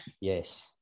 Yes